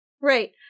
right